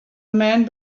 men